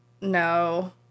no